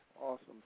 awesome